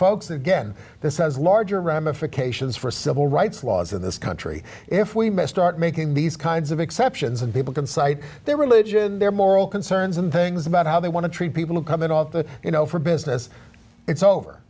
folks again this is larger ramifications for civil rights laws of this country if we may start making these kinds of exceptions and people can cite their religion their moral concerns and things about how they want to treat people who come in off the you know for business it's over